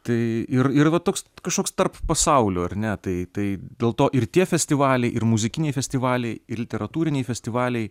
tai ir ir va toks kažkoks tarp pasaulių ar ne tai tai dėl to ir tie festivaliai ir muzikiniai festivaliai ir literatūriniai festivaliai